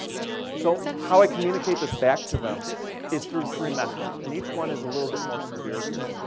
so how i communicate this back to them is through three methods, and each one is a little bit more severe, here.